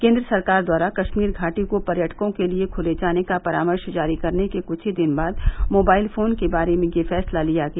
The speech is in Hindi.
केन्द्र सरकार द्वारा कश्मीर घाटी को पर्यटकों के लिए खोले जाने का परामर्श जारी करने के कुछ ही दिन बाद मोबाइल फोन के बारे में यह फैसला लिया गया